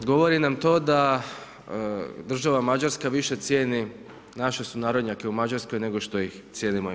Govori nam to da država Mađarska više cijeni naše sunarodnjake u Mađarskoj nego što ih cijenimo i mi.